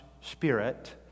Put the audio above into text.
Spirit